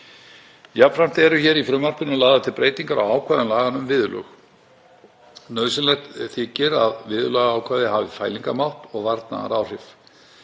Jafnframt eru í frumvarpinu lagðar til breytingar á ákvæðum laganna um viðurlög. Nauðsynlegt þykir að viðurlagaákvæði hafi fælingarmátt og varnaðaráhrif.